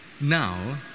Now